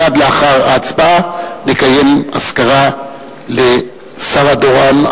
מייד לאחר ההצבעה נקיים אזכרה לשרה דורון,